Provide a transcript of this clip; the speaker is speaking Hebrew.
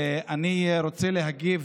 ואני רוצה להגיב